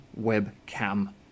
Webcam